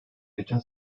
geçen